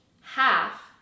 half